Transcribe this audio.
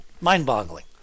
mind-boggling